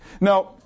Now